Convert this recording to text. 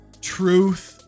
truth